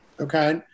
okay